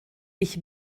ich